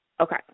Okay